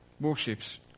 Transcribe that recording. Warships